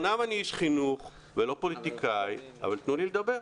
אמנם אני איש חינוך ולא פוליטיקאי אבל תנו לי לדבר.